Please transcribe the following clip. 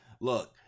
Look